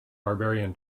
barbarian